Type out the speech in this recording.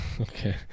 Okay